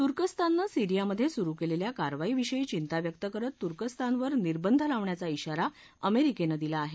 तुर्कस्ताननं सीरियामधे सुरु केलेल्या कारवाईविषयी चिंता व्यक्त करत तुर्कस्तानवर निर्बंध लावण्याचा आरा अमेरिकेनं दिला आहे